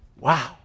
Wow